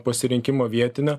pasirinkimo vietinio